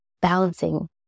balancing